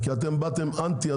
כי אתם באתם אנטי,